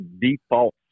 default